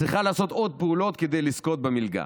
צריכים לעשות עוד פעולות כדי לזכות במלגה.